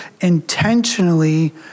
intentionally